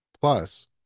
Plus